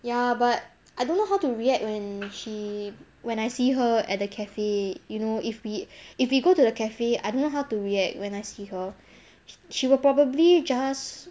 ya but I don't know how to react when she when I see her at the cafe you know if we if we go to the cafe I don't know how to react when I see her she will probably just